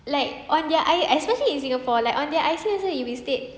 like on their especially in singapore like on their I_C it will state